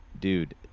Dude